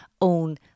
own